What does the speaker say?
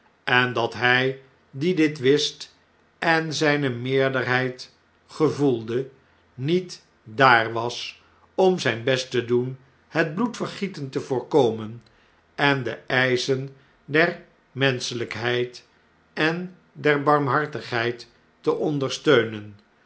en dat hij die dit wist en zjjne meerderheid gevoelde niet daar was om zijn best te doen het bloedvergieten te voorkomen en de eischen der menschelpheid en der barmhartigheid te ondersteunen